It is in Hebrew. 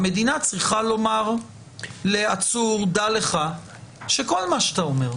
המדינה צריכה לומר לעצור שידע שכל מה שהוא אומר,